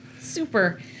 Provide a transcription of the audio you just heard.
super